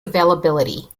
availability